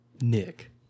Nick